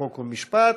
חוק ומשפט.